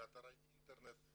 באתר האינטרנט,